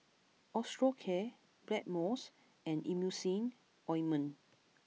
Osteocare Blackmores and Emulsying ointment